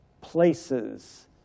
places